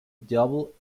double